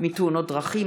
מתאונות דרכים,